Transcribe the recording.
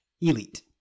Elite